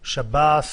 שב"ס,